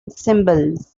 symbols